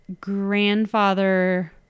grandfather